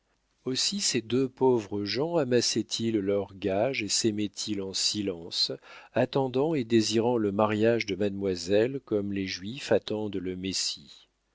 aussi ces deux pauvres gens amassaient ils leurs gages et saimaient ils en silence attendant et désirant le mariage de mademoiselle comme les juifs attendent le messie